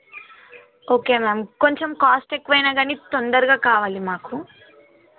okay ma'am కొంచెం cost ఎక్కువైనా కానీ తొందరగా కావాలి మాకు